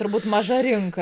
turbūt maža rinka